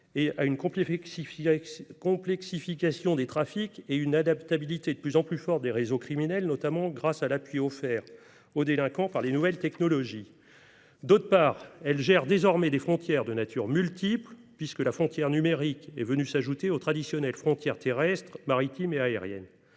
à une complexification des trafics et à une adaptabilité de plus en plus forte des réseaux criminels, notamment grâce à l’appui offert aux délinquants par les nouvelles technologies ; d’autre part, elle gère désormais des frontières de natures multiples, puisque la frontière numérique est venue s’ajouter aux traditionnelles frontières terrestres, maritimes et aériennes.